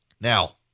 Now